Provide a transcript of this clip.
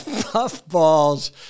puffballs